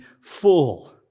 full